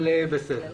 בסדר.